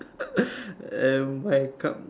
and my cup